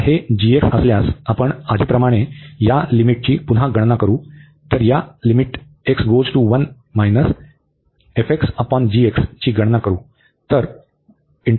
आता ही g असल्यास आपण आधीप्रमाणे या लिमिटची पुन्हा गणना करू तर या ची गणना करू